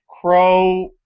Crow